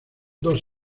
dos